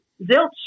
Zilch